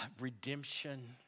redemption